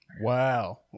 Wow